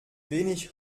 wenig